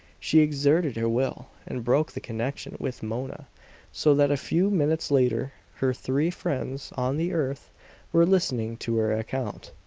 she exerted her will, and broke the connection with mona so that a few minutes later her three friends on the earth were listening to her account.